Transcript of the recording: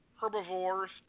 herbivores